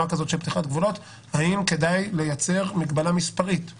האם כדאי לייצר מגבלה מספרית?